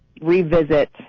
revisit